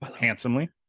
Handsomely